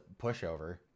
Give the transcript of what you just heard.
pushover